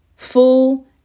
Full